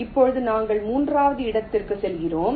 இப்போது நாங்கள் மூன்றாவது இடத்திற்கு செல்கிறோம்